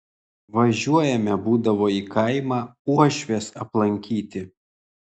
važiuojame būdavo į kaimą uošvės aplankyti